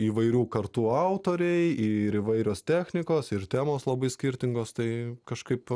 įvairių kartų autoriai ir įvairios technikos ir temos labai skirtingos tai kažkaip